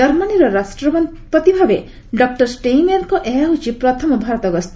ଜର୍ମାନୀର ରାଷ୍ଟ୍ରପତି ଭାବେ ଡକ୍କର ଷ୍ଟେଇଁମେଏର୍ଙ୍କର ଏହା ହେଉଛି ପ୍ରଥମ ଭାରତ ଗସ୍ତ